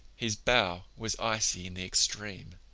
his bow was icy in the extreme.